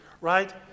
right